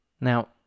Now